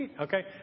Okay